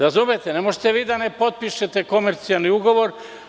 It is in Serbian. Razumete, ne možete vi da ne potpišete komercijalni ugovor.